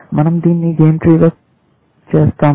మనం దీన్ని game tree గా చేస్తాము